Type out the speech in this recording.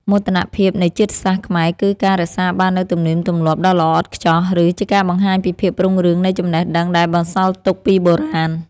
មោទនភាពនៃជាតិសាសន៍ខ្មែរគឺការរក្សាបាននូវទំនៀមទម្លាប់ដ៏ល្អឥតខ្ចោះ ឬ ជាការបង្ហាញពីភាពរុងរឿងនៃចំណេះដឹងដែលបន្សល់ទុកពីបុរាណ។